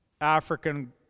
African